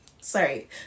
sorry